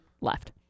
left